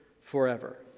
forever